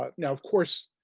ah now, of course,